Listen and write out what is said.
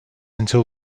until